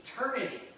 Eternity